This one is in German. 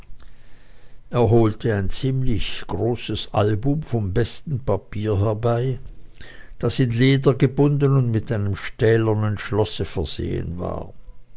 er holte ein ziemlich großes album vom besten papier herbei das in leder gebunden und mit einem stählernen schlosse versehen war